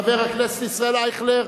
חבר הכנסת ישראל אייכלר,